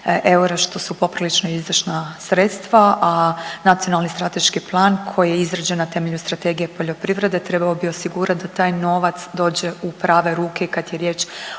eura, što su poprilično izdašna sredstva, a Nacionalni strateški plan koji je izrađen na temelju Strategije poljoprivrede trebao bi osigurat da taj novac dođe u prave ruke kad je riječ